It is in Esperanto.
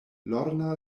lorna